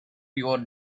your